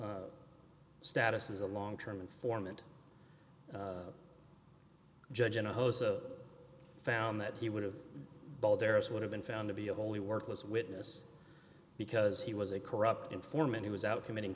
status as a long term informant judge and a hose a found that he would have both barrels would have been found to be a wholly worthless witness because he was a corrupt informant who was out committing